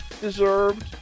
deserved